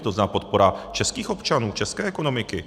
To znamená podpora českých občanů, české ekonomiky.